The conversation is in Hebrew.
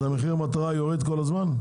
אז מחיר המטרה יורד כל הזמן.